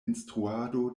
instruado